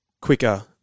quicker